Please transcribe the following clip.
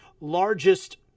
largest